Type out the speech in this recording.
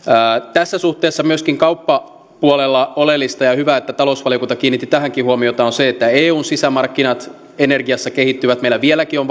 tässä suhteessa myöskin kauppapuolella oleellista ja hyvä että talousvaliokunta kiinnitti tähänkin huomiota on se että eun sisämarkkinat energiassa kehittyvät meillä vieläkin on